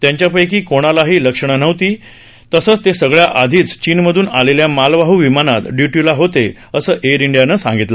त्यांच्यापैकी कोणालाही लक्षणं दिसत नव्हती तसंच ते सगळे याआधी चीनमधून आलेल्या मालवाह विमानात इयूटीला होते असं एअर इंडीयाने सांगितल